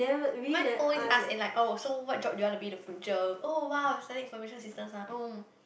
mine always ask in like oh so what job you want to be in the future oh !wow! you study information systems ah oh